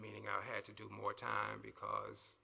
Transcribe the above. meaning i had to do more time because